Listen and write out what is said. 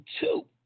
two